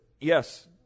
yes